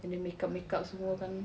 then dia makeup makeup semua kan